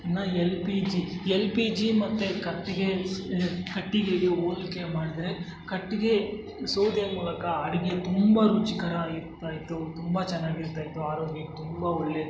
ಇನ್ನು L P G L P G ಮತ್ತು ಕತ್ತಿಗೆ ಸ್ ಕಟ್ಟಿಗೆಗೆ ಹೋಲ್ಕೆ ಮಾಡಿದ್ರೆ ಕಟ್ಟಿಗೆ ಸೌದೆಯ ಮೂಲಕ ಅಡುಗೆ ತುಂಬ ರುಚಿಕರ ಆಗಿರ್ತಾ ಇತ್ತು ತುಂಬ ಚೆನ್ನಾಗ್ ಇರ್ತಾ ಇತ್ತು ಆರೋಗ್ಯಕ್ಕೆ ತುಂಬ ಒಳ್ಳೇದು